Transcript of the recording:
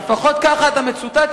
לפחות ככה אתה מצוטט.